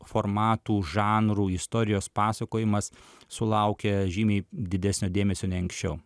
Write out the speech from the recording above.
formatų žanrų istorijos pasakojimas sulaukia žymiai didesnio dėmesio nei anksčiau